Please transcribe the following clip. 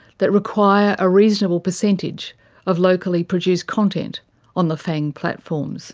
that require a reasonable percentage of locally produced content on the fang platforms